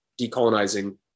decolonizing